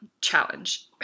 Challenge